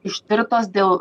ištirtos dėl